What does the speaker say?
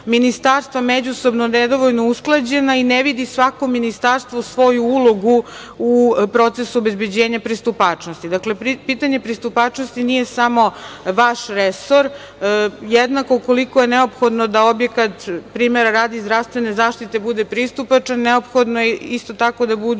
međusobno nedovoljno usklađena i ne vidi svako ministarstvo svoju ulogu u procesu obezbeđenja pristupačnosti. Dakle, pitanje pristupačnosti nije samo vaš resor. Jednako koliko je neophodno da objekat, primera radi, zdravstvene zaštite bude pristupačan, neophodno je isto tako da budu